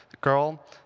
girl